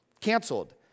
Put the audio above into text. Canceled